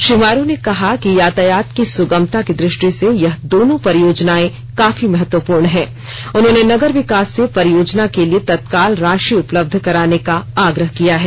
श्री मारू ने कहा कि यातायात की सुगमता की दृष्टि से यह दोनों परियोजनाएं काफी महत्वपूर्ण हैं उन्होंने नगर विकास से परियोजना के लिए तत्काल राशि उपलब्ध कराने का आग्रह किया है